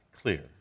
clear